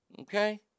Okay